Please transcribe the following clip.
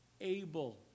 able